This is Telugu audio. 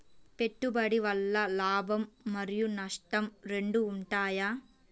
పెట్టుబడి వల్ల లాభం మరియు నష్టం రెండు ఉంటాయా?